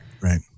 Right